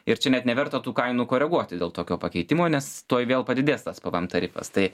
ir čia net neverta tų kainų koreguoti dėl tokio pakeitimo nes tuoj vėl padidės tas pvm tarifas tai